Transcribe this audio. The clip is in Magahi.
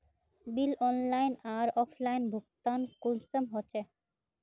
बिल ऑनलाइन आर ऑफलाइन भुगतान कुंसम होचे?